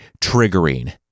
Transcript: triggering